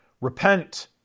Repent